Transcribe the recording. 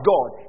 God